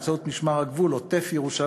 באמצעות משמר הגבול עוטף-ירושלים,